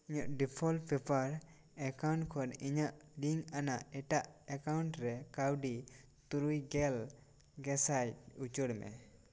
ᱤᱧᱟᱹᱜ default paper account ᱠᱷᱚᱱ ᱤᱧᱟᱹᱜ ᱞᱤᱝᱠ ᱟᱱᱟᱜ ᱮᱴᱟᱜ ᱮᱠᱟᱣᱩᱴ ᱨᱮ ᱠᱟᱹᱣᱰᱤ ᱛᱩᱨᱩᱭ ᱜᱮᱞ ᱜᱮᱥᱟᱭ ᱩᱪᱟᱹᱲ ᱢᱮ